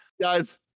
Guys